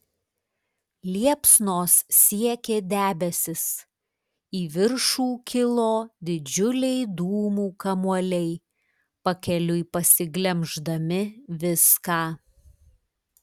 liepsnos siekė debesis į viršų kilo didžiuliai dūmų kamuoliai pakeliui pasiglemždami viską